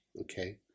okay